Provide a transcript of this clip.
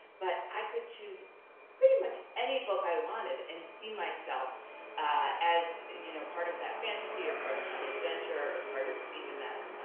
but i could choose pretty much any book i wanted and see myself as you know part of that fantasy or part of that adventure or part of even that,